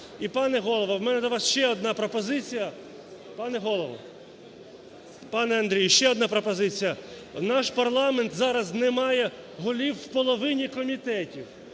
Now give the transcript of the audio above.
Пане Голово! Пане Андрію, ще одна пропозиція. Наш парламент зараз не має голів в половині комітетів.